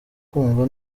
kumva